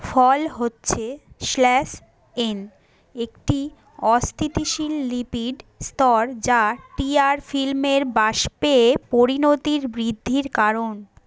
ফল হচ্ছে slash in একটি অস্থিতিশীল লিপিড স্তর যা টিয়ার ফিল্মের বাষ্পে পরিণতির বৃদ্ধির কারণ